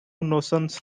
notions